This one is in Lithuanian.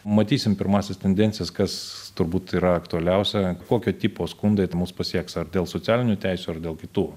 matysim pirmąsias tendencijas kas turbūt yra aktualiausia kokio tipo skundai mus pasieks ar dėl socialinių teisių ar dėl kitų